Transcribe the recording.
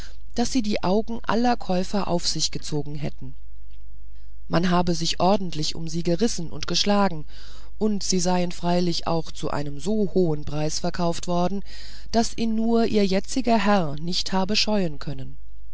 daß sie die augen aller käufer auf sich gezogen hätten man habe sich ordentlich um sie gerissen und geschlagen und sie seien freilich auch zu einem so hohen preis verkauft worden daß ihn nur ihr jetziger herr nicht habe scheuen können